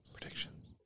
Predictions